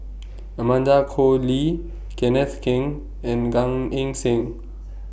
Amanda Koe Lee Kenneth Keng and Gan Eng Seng